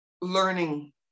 learning